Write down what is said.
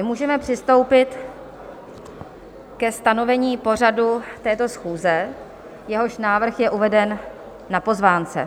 Můžeme přistoupit ke stanovení pořadu této schůze, jehož návrh je uveden na pozvánce.